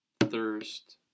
thirst